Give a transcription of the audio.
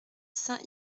saint